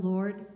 Lord